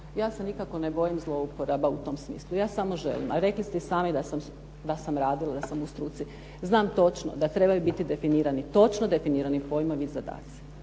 Ja se nikako ne bojim zlouporaba u tom smislu, ja samo želim, a rekli ste i sami da sam radila, da sam u struci. Znam točno da trebaju biti definirani, točno definirani pojmovi i zadaci.